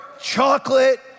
chocolate